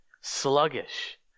sluggish